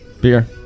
Beer